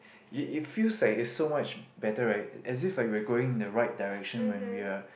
it it feels like so much better right as if like we were going in the right direction when we are